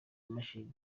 imashini